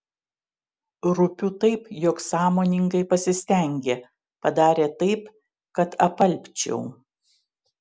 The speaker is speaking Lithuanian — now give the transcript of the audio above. rūpiu taip jog sąmoningai pasistengė padarė taip kad apalpčiau